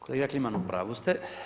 Kolega Kliman u pravu ste.